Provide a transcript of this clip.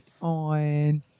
on